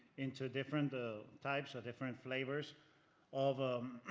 into different ah types, different flavors of ah